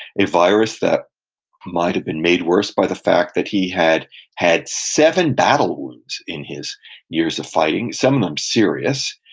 a virus that might have been made worse by the fact that he had had seven battle wounds in his years of fighting, some of them serious.